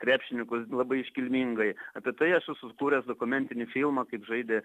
krepšininkus labai iškilmingai apie tai esu sukūręs dokumentinį filmą kaip žaidė